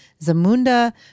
Zamunda